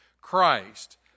Christ